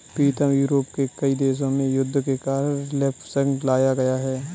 प्रीतम Europe के कई देशों में युद्ध के कारण रिफ्लेक्शन लाया गया है